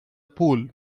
pool